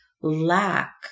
lack